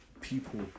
people